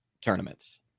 tournaments